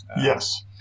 Yes